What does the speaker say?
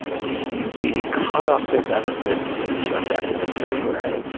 yeah we cut off their benefits effective in february.